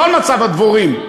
לא על מצב הדבורים.